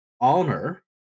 honor